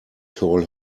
call